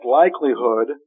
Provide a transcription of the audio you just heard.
likelihood